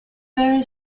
very